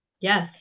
yes